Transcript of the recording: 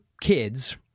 kids